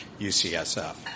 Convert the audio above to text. UCSF